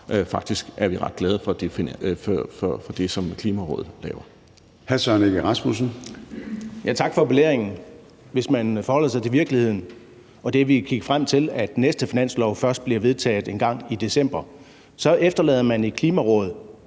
Faktisk er vi ret glade for det, som Klimarådet laver.